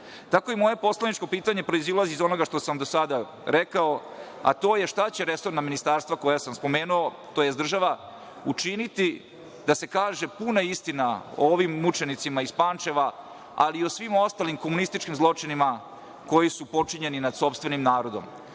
i moje poslaničko pitanje proizilazi iz onoga što sam vam do sada rekao, a to je šta će resorna ministarstva koja sam spomenuo, tj. država učiniti da se kaže puna istina o ovim mučenicima iz Pančeva, ali i o svim ostalim komunističkim zločinima koji su počinjeni nad sopstvenim